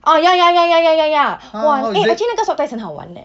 orh ya ya ya ya ya ya ya !wah! eh actually 那个 swab test 很好玩 eh